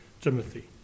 Timothy